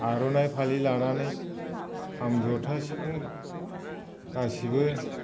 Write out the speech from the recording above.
आरनाइ फालि लानानै खाम जथा सिफुं गासैबो